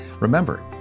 Remember